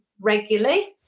regularly